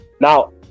now